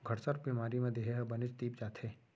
घटसर्प बेमारी म देहे ह बनेच तीप जाथे